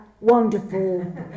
wonderful